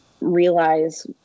realize